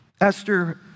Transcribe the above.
Esther